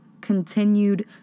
continued